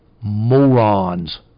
Morons